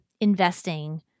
investing